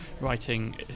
writing